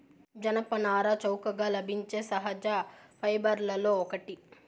జనపనార చౌకగా లభించే సహజ ఫైబర్లలో ఒకటి